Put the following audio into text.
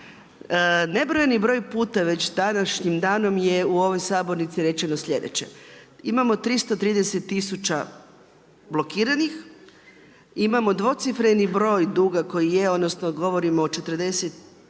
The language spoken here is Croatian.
Nebrojeni broj puta već današnjim danom je u ovoj sabornici rečeno sljedeće: Imamo 330000 blokiranih, imamo dvocifreni broj duga koji je, odnosno govorimo o 40-tak